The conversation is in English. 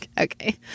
Okay